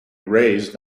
raised